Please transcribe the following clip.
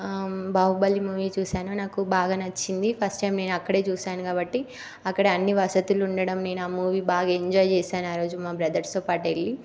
Baahubali movie చూసాను నాకు బాగా నచ్చింది ఫస్ట్ టైం నేను అక్కడే చూసాను కాబట్టి అక్కడే అన్ని వసతులు ఉండడం నేను ఆ మూవీ బాగా ఎంజాయ్ చేసాను ఆరోజు మా బ్రదర్స్తో పాటు వెళ్ళి